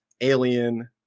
alien